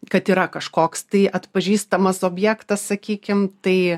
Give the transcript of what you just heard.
kad yra kažkoks tai atpažįstamas objektas sakykim tai